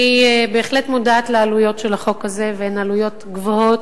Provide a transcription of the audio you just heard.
אני בהחלט מודעת לעלויות של החוק הזה והן עלויות גבוהות.